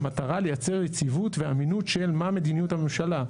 במטרה לייצר יציבות ואמינות של מה מדיניות הממשלה.